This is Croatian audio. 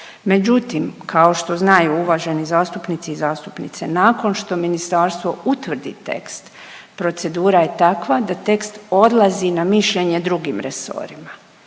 Međutim, kao što znaju uvaženi zastupnici i zastupnice, nakon što ministarstvo utvrdi tekst, procedura je takva da tekst odlazi na mišljenje drugim resorima.